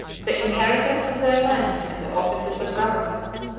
the inheritance of their lands and the offices of government.